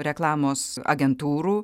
reklamos agentūrų